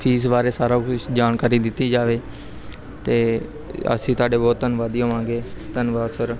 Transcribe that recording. fees ਬਾਰੇ ਸਾਰਾ ਕੁਛ ਜਾਣਕਾਰੀ ਦਿੱਤੀ ਜਾਵੇ ਅਤੇ ਅਸੀਂ ਤੁਹਾਡੇ ਬਹੁਤ ਧੰਨਵਾਦੀ ਹੋਵਾਂਗੇ ਧੰਨਵਾਦ ਸਰ